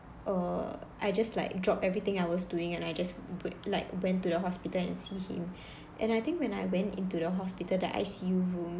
err I just like drop everything I was doing and I just w~ like went to the hospital and see him and I think when I went into the hospital the I_C_U room